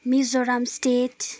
Mizoram state